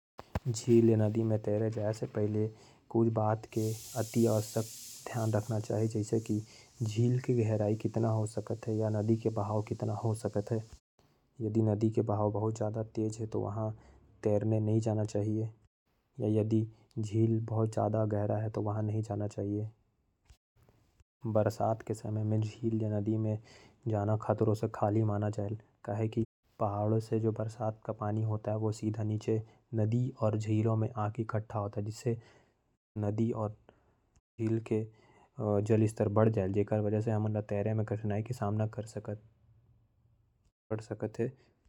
झील में तैयरे जाए से पहले कुछ बात के ध्यान रखना बहुत आवश्यक है। जैसे झील के गहराई कितना हो सकत है या नदी के बहाव तेज मत हो। और बरसात में नहीं जाना चाही तब जल स्तर बहुत ऊंचा रहेल। और तेरे में दिक्कत के सामना करना पड़ सकत है।